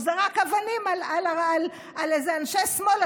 הוא זרק אבנים על איזה אנשי שמאל,